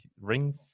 ring